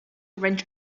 wrench